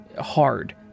Hard